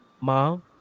Mom